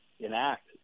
enact